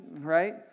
right